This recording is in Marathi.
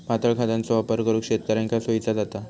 पातळ खतांचो वापर करुक शेतकऱ्यांका सोयीचा जाता